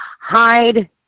hide